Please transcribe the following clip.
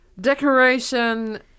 Decoration